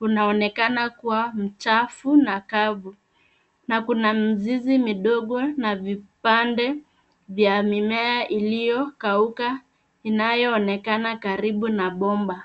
unaonekana kuwa mchafu na kavu na kuna mzizi midogo na vipande vya mimea iliyokauka inayoonekana karibu na bomba.